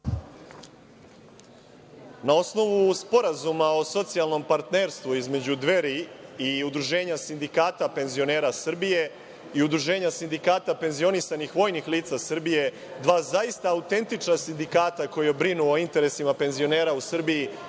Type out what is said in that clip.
Na osnovu sporazuma o socijalnom partnerstvu između Dveri i Udruženja sindikata penzionera Srbije i Udruženja sindikata penzionisanih vojnih lica Srbije, dva zaista autentična sindikata koja brinu o interesima penzionera u Srbiji